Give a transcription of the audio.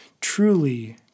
truly